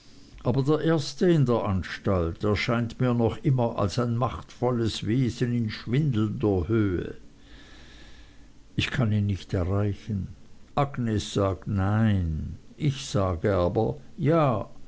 aber der erste in der anstalt erscheint mir noch als ein machtvolles wesen in schwindelnder höhe ich kann ihn nicht erreichen agnes sagt nein ich aber ja